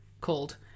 called